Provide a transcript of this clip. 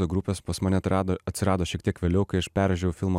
grupės pas mane atrado atsirado šiek tiek vėliau kai aš peržiūrėjau filmą